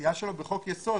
לעשייה שלו בחוק יסוד,